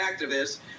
activists